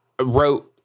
wrote